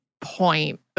point